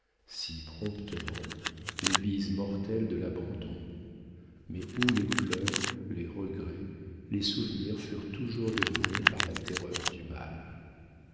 si promptement les bises mortelles de l'abandon mais où les pleurs les regrets les souvenirs furent toujours dominés par la terreur du mal